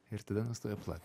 ir tada nustoja plakt